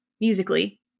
musically